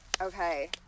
Okay